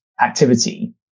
activity